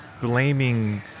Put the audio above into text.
blaming